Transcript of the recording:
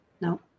No